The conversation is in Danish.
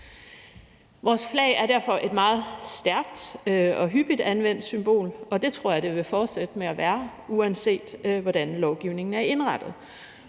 Vores flag er derfor et meget stærkt og hyppigt anvendt symbol, og det tror jeg det vil fortsætte med at være, uanset hvordan lovgivningen er indrettet.